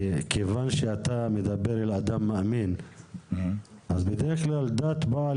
כיוון שאתה מדבר אל אדם מאמין אז בדרך כלל דת באה